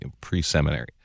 pre-seminary